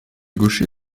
gaucher